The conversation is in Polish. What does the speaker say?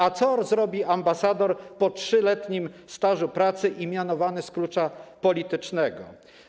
A co zrobi ambasador po 3-letnim stażu pracy i mianowany z klucza politycznego?